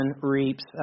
reaps